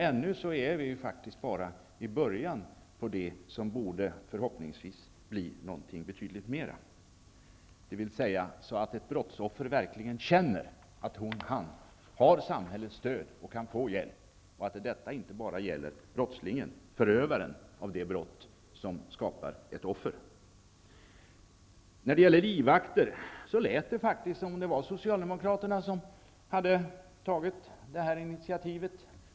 Ännu är vi faktiskt bara i början av det som förhoppningsvis blir betydligt mer, så att brottsoffret verkligen känner att han/hon har samhällets stöd och kan få hjälp, och att detta inte bara gäller brottslingen, förövaren av det brott som skapar ett offer. Det lät faktiskt som om det var Socialdemokraterna som hade tagit initiativet i fråga om livvakter.